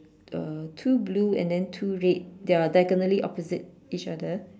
uh two blue and then two red they are diagonally opposite each other